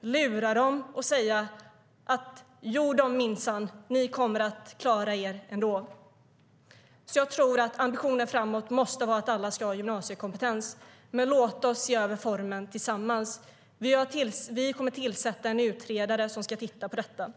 lura dem och säga att de minsann kommer att klara sig ändå? Jag tror att ambitionen framåt måste vara att alla ska ha gymnasiekompetens. Men låt oss se över formen tillsammans. Vi kommer att tillsätta en utredare som ska titta på detta.